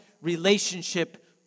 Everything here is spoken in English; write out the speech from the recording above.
relationship